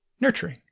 nurturing